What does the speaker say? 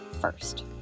first